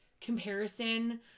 comparison